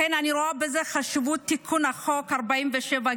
לכן אני רואה בזה חשיבות, בתיקון החוק, 47(ג),